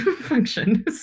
function